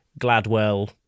Gladwell